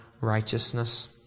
righteousness